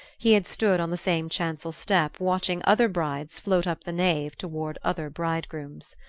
he had stood on the same chancel step watching other brides float up the nave toward other bridegrooms.